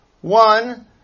One